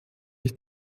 ich